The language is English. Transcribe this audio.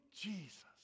Jesus